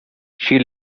she